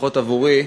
לפחות עבורי,